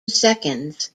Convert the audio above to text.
seconds